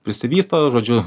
prisivysto žodžiu